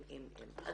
אבל